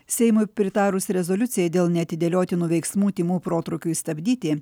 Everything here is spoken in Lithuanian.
seimui pritarus rezoliucijai dėl neatidėliotinų veiksmų tymų protrūkiui stabdyti